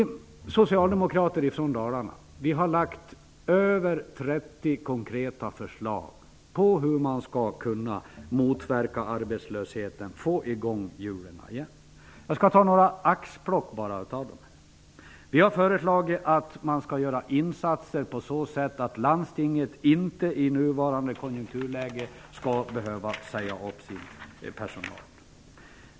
Vi socialdemokrater från Dalarna har lagt fram mer än 30 konkreta förslag om hur man kan motverka arbetslösheten och få hjulen att snurra igen. Några axplock: Vi har föreslagit att insatser görs på sådant sätt att landstinget inte i nuvarande konjunkturläge skall behöva säga upp personal.